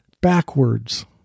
backwards